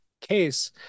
case